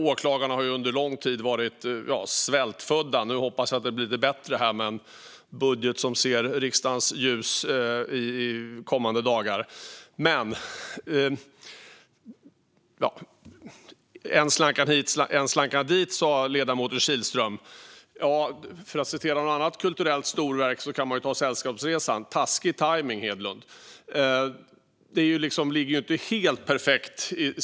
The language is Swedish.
Åklagarna har under lång tid varit svältfödda. Nu hoppas jag att det blir lite bättre med den budget som ser riksdagens ljus under kommande dagar. Än slank han hit, än slank han dit, sa ledamoten Kihlström. För att citera ur något annat kulturellt storverk kan man ta Sällskapsresan : Taskig tajmning, Hedlund! Med tanke på skottvidden ligger detta inte helt perfekt.